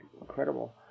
incredible